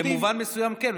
במובן מסוים כן.